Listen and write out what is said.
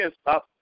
stop